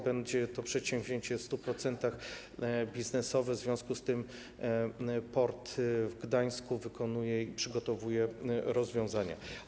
Będzie to przedsięwzięcie w 100% biznesowe, w związku z tym port w Gdańsku przygotowuje rozwiązania.